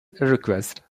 request